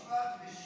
יש משפט שאומר: